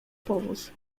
powóz